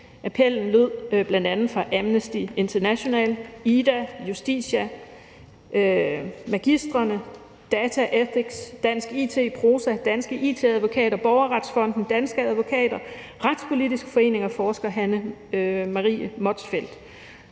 Appellen lød bl.a. fra Amnesty International, IDA, Justitia, Magistrene, Prosa, Danske It-advokater, Borgerretsfonden, Danske Advokater, Retspolitisk Forening og forsker Hanne Marie Motzfeldt.